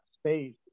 space